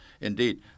indeed